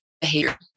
behavior